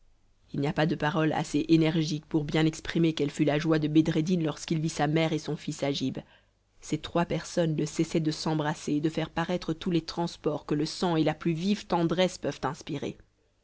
il n'y a pas de paroles assez énergiques pour bien exprimer quelle fut la joie de bedreddin lorsqu'il vit sa mère et son fils agib ces trois personnes ne cessaient de s'embrasser et de faire paraître tous les transports que le sang et la plus vive tendresse peuvent inspirer